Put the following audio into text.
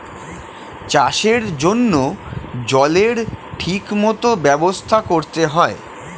চাষের জন্য জলের ঠিক মত ব্যবস্থা করতে হয়